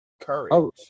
Courage